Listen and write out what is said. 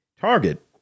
Target